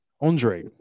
Andre